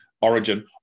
Origin